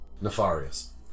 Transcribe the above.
Nefarious